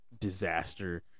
disaster